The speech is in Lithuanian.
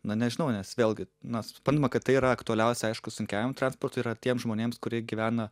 na nežinau nes vėlgi na suprantama kad tai yra aktualiausia aišku sunkiajam transportui yra tiems žmonėms kurie gyvena